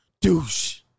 douche